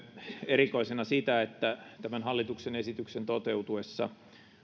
erikoisena sitä että tämän hallituksen esityksen toteutuessa